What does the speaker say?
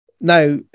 Now